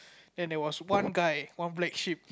then there was one guy one black sheep